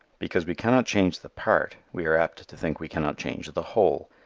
because we cannot change the part we are apt to think we cannot change the whole.